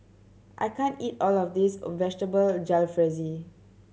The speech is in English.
I can't eat all of this Vegetable Jalfrezi